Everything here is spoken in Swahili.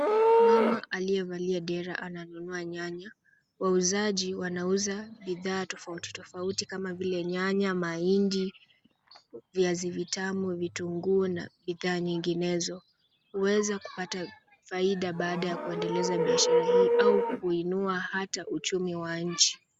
Mama aliyevalia dera ananunua nyanya. Wauzaji wanauza bidhaa tofautitofauti kama vile nyanya, mahindi, viazi vitamu, vitunguu na bidhaa nyinginezo. Huweza kupata faida baada ya kuendeleza biashara hii au hata kuinua uchumi wa nchi.